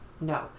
No